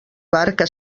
barca